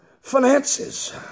finances